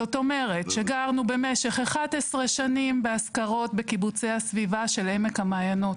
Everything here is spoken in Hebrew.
זאת אומרת שגרנו במשך 11 שנים בשכירות בקיבוצי הסביבה של עמק המעיינות.